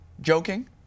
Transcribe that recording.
joking